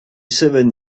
seven